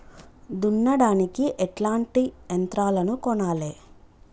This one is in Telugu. దున్నడానికి ఎట్లాంటి యంత్రాలను కొనాలే?